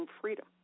freedom